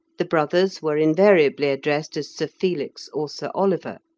the brothers were invariably addressed as sir felix or sir oliver.